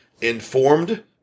informed